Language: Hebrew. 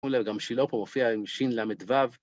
אולי גם שילופו מופיע עם שין למד וו.